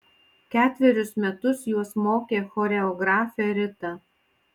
ketverius metus juos mokė choreografė rita